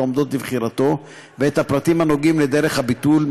העומדות לבחירתו ואת פרטי הדרך לביטול,